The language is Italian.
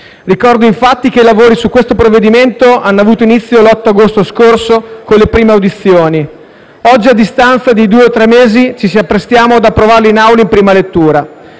Ricordo che i lavori su questo provvedimento hanno avuto inizio l'8 agosto scorso con le prime audizioni. Oggi, a distanza di due - tre mesi, ci apprestiamo ad approvarlo in Aula in prima lettura.